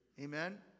amen